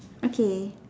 okay